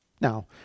Now